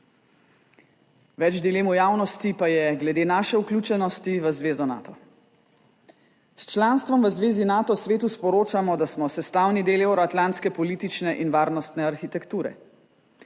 Več dilem v javnosti pa je glede naše vključenosti v zvezo Nato. S članstvom v zvezi Nato svetu sporočamo, da smo sestavni del evroatlantske politične in varnostne arhitekture.